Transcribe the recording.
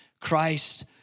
Christ